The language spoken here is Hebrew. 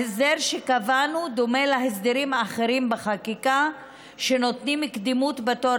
ההסדר שקבענו דומה להסדרים בחקיקה שנותנים קדימות בתור